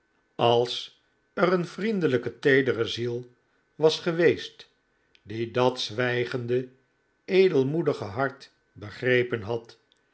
als er een vriendelijke teedere ziel was geweest die dat zwijgende edelmoedige hart begrepen had